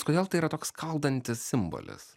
kodėl tai yra toks skaldantis simbolis